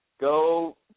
go